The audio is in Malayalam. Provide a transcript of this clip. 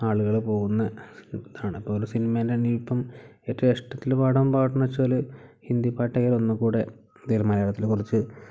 ആളുകൾ പോകുന്നതാണ് അതുപോലെ സിനിമേലാണിപ്പം ഏറ്റവും കഷ്ടത്തിൽ പാടാൻ പാടണം വെച്ചാൽ ഹിന്ദിപ്പാട്ടെ ഒന്നും കൂടി ഇതിൽ മലയാളത്തിൽ കുറച്ച്